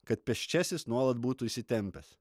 kad pėsčiasis nuolat būtų įsitempęs